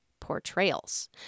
portrayals